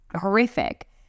horrific